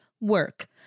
Work